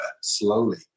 slowly